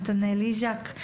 נתנאל איזק,